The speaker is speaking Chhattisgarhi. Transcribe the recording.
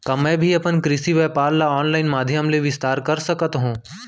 का मैं भी अपन कृषि व्यापार ल ऑनलाइन माधयम से विस्तार कर सकत हो?